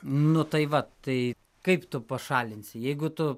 nu tai va tai kaip tu pašalinsi jeigu tu